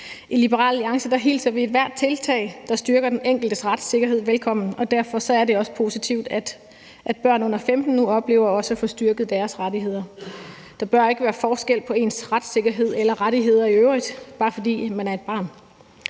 I Liberal Alliance hilser vi ethvert tiltag, der styrker den enkeltes retssikkerhed, velkommen, og derfor er det også positivt, at børn under 15 år nu oplever at få styrket deres rettigheder. Der bør ikke være forskel på ens retssikkerhed eller rettigheder i øvrigt, bare fordi man er et barn.